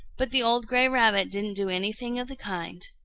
but the old gray rabbit didn't do anything of the kind.